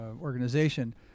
organization